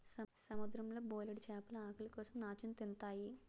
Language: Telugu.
సముద్రం లో బోలెడు చేపలు ఆకలి కోసం నాచుని తింతాయి